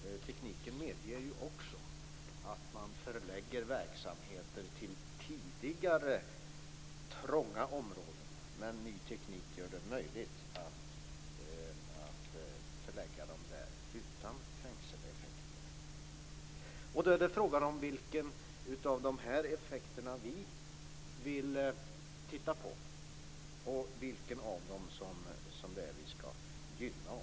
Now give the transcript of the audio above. Tekniken medger också att man förlägger verksamheter till tidigare trånga områden. Ny teknik gör det möjligt att förlägga dem där utan trängseleffekter. Då är det frågan om vilken av de effekterna vi vill titta på och vilken av dem som vi skall gynna.